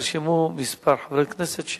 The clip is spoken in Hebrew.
נרשמו כמה חברי כנסת,